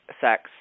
sex